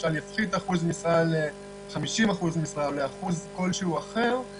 למשל יפחית את אחוז המשרה ל-50% משרה או לאחוז כלשהו אחר.